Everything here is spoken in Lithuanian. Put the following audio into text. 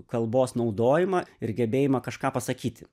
kalbos naudojimą ir gebėjimą kažką pasakyti